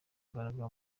imbaraga